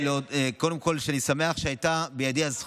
קודם כול, אני שמח שהייתה בידי הזכות,